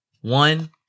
One